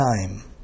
time